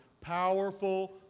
powerful